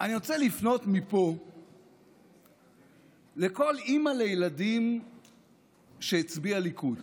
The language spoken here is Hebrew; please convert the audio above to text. אני רוצה לפנות מפה לכל אימא לילדים שהצביעה לליכוד.